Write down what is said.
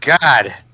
God